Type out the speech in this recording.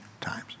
times